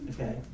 Okay